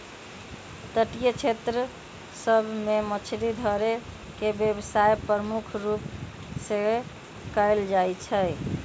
तटीय क्षेत्र सभ में मछरी धरे के व्यवसाय प्रमुख रूप से कएल जाइ छइ